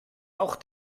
auch